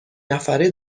نفره